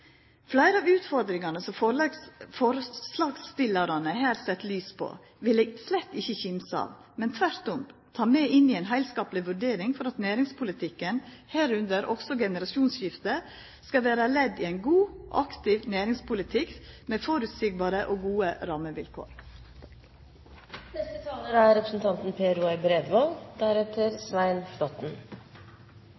Fleire av utfordringane som forslagsstillarane her sett lys på, vil eg slett ikkje kimsa av, men tvert om ta med inn i ei heilskapleg vurdering for at næringspolitikken, medrekna generasjonsskifte, skal vera ledd i ein god, aktiv næringspolitikk med føreseielege og gode rammevilkår. Først vil jeg fremme det forslaget som Fremskrittspartiet er